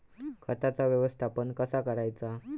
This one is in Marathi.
खताचा व्यवस्थापन कसा करायचा?